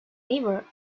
neighbour